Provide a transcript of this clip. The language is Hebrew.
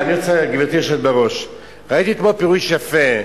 גברתי היושבת בראש, ראיתי אתמול פירוש יפה,